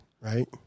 right